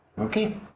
Okay